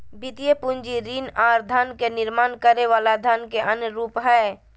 वित्तीय पूंजी ऋण आर धन के निर्माण करे वला धन के अन्य रूप हय